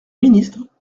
ministre